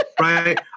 right